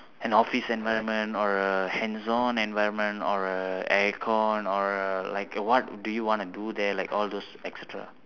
an office environment or a hands-on environment or a aircon or a like what do you want to do there like all those et cetera